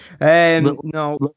No